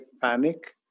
panic